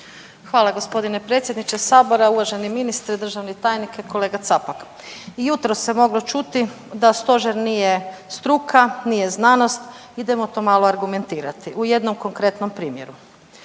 Hvala g. predsjedniče Sabora. Uvaženi ministre, državni tajniče, kolega Capak. Jutros se moglo čuti da stožer nije struka nije znanost, idemo to malo argumentirati u jednom konkretnom primjeru.